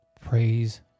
Praise